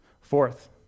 Fourth